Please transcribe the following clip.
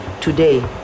today